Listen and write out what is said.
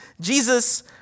Jesus